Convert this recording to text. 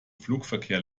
flugverkehr